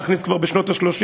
הצליחו להכניס כבר בשנות ה-30,